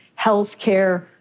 healthcare